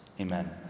Amen